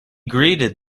greeted